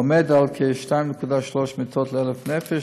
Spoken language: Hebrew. ועומד על כ-2.3 מיטות ל-1,000 נפש,